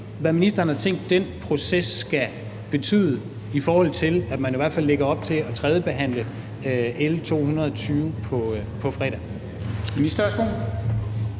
hvad ministeren har tænkt at den proces skal betyde, i forhold til at man i hvert fald lægger op til at tredjebehandle L 220 på fredag. Kl.